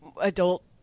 adult